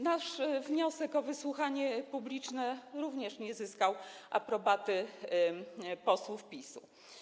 Nasz wniosek o wysłuchanie publiczne również nie zyskał aprobaty posłów PiS.